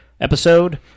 episode